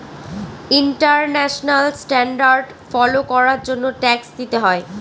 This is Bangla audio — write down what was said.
ইন্টারন্যাশনাল স্ট্যান্ডার্ড ফলো করার জন্য ট্যাক্স দিতে হয়